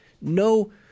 no